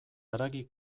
haragi